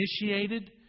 initiated